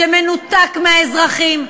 שמנותק מהאזרחים.